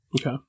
Okay